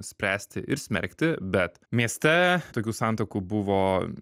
spręsti ir smerkti bet mieste tokių santuokų buvo